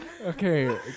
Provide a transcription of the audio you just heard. okay